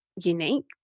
unique